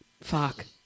Fuck